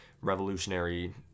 revolutionary